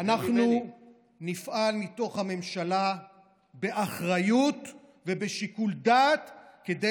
אנחנו נפעל מתוך הממשלה באחריות ובשיקול דעת כדי